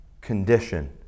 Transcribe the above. condition